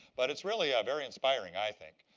but it's really ah very inspiring, i think.